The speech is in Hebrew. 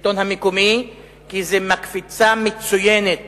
בשלטון המקומי, כי זו מקפצה מצוינת